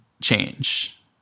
change